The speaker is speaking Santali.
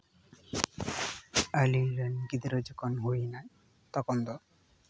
ᱟᱹᱞᱤᱧ ᱨᱮᱱ ᱜᱤᱫᱽᱨᱟᱹ ᱡᱚᱠᱷᱚᱱ ᱦᱩᱭ ᱮᱱᱟᱭ ᱛᱚᱠᱷᱚᱱ ᱫᱚ